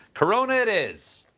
corona it is!